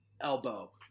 elbow